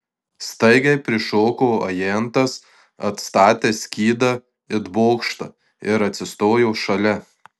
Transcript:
staigiai prišoko ajantas atstatęs skydą it bokštą ir atsistojo šalia